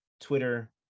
Twitter